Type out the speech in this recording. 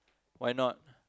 why not